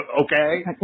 okay